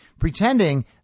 pretending